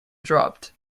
dropped